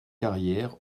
carrières